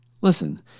Listen